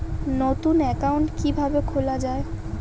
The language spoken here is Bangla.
নতুন একাউন্ট কিভাবে খোলা য়ায়?